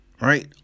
right